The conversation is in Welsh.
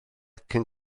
cyn